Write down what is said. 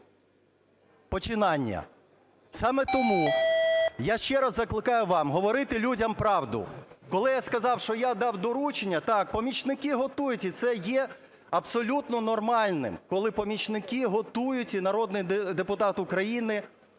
починання. Саме тому я ще раз закликаю вас говорити людям правду. Коли я сказав, що я дав доручення, так, помічники готують, і це є абсолютно нормальним, коли помічники готують і народний депутат України